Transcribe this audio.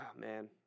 man